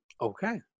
Okay